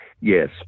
Yes